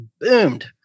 boomed